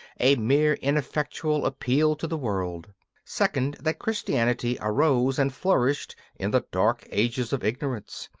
a mere ineffectual appeal to the world second, that christianity arose and flourished in the dark ages of ignorance,